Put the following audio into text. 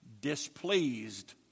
displeased